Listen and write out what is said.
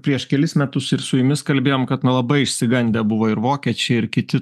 prieš kelis metus ir su jumis kalbėjom kad na labai išsigandę buvo ir vokiečiai ir kiti